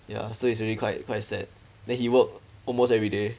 ya so it's really quite quite sad then he work almost everyday